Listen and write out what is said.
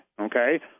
Okay